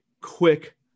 quick